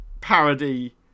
parody